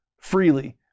freely